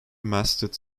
masted